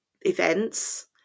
events